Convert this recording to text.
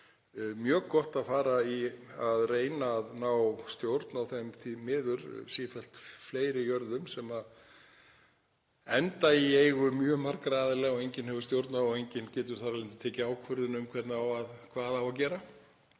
mjög gott að fara í að reyna að ná stjórn á þeim því miður sífellt fleiri jörðum sem enda í eigu mjög margra aðila og enginn hefur stjórn á þeim og enginn getur þar af leiðandi tekið ákvörðun um hvað á að gera